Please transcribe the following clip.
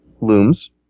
looms